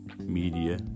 media